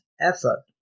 effort